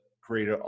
create